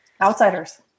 Outsiders